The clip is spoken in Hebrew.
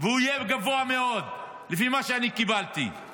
והוא יהיה גבוה מאוד לפי מה שאני קיבלתי והתגובות שאני ראיתי.